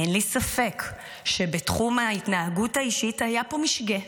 אין לי ספק שבתחום ההתנהגות האישית היה פה משגה,